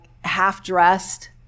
half-dressed